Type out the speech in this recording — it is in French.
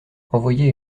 envoyer